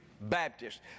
Baptist